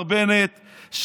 מר בנט,